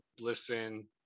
listen